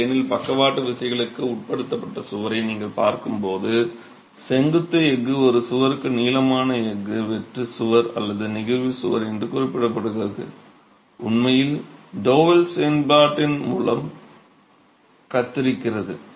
ப்ளேனில் பக்கவாட்டு விசைகளுக்கு உட்படுத்தப்பட்ட சுவரை நீங்கள் பார்க்கும்போது செங்குத்து எஃகு ஒரு சுவருக்கு நீளமான எஃகு வெட்டு சுவர் அல்லது நெகிழ்வு சுவர் என்று குறிப்பிடப்படுகிறது உண்மையில் டோவல் செயல்பாட்டின் மூலம் கத்தரிக்கிறது